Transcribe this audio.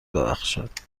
بخشد